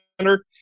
Center